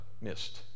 missed